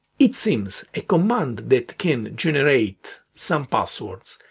it seems a command that can generate some passwords,